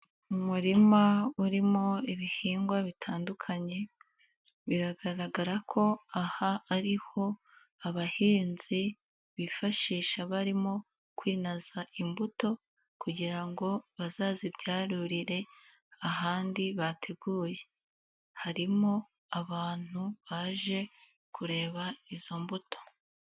Umurima urimo ibihingwa bitandukanye, biragaragara ko aha ari ho abahinzi bifashisha barimo kwinaza imbuto, kugira ngo bazazibyarurire ahandi bateguye. Harimo abantu baje kureba izo mbuto.